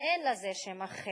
אין לזה שם אחר.